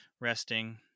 resting